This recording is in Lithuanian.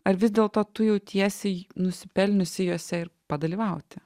ar vis dėlto tu jautiesi nusipelniusi juose ir padalyvauti